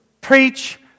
Preach